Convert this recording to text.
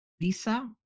Lisa